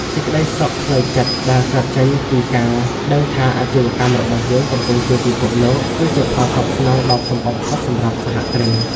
សេចក្ដីសុខផ្លូវចិត្តដែលកើតចេញពីការដឹងថា អាជីវកម្មរបស់យើងកំពុងជួយពិភពលោក គឺជាផលតបស្នងដ៏ធំបំផុតសម្រាប់សហគ្រិន។